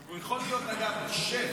הוא יכול להיות, אגב, שף.